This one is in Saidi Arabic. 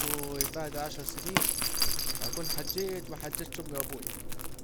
يابووي بعد عشر سنين اكون حجيت وحججت امي وابويا